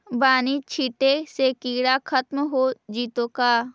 बानि छिटे से किड़ा खत्म हो जितै का?